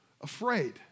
afraid